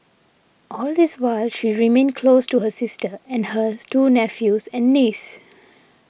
all this while she remained close to her sister and her two nephews and niece